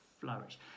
flourish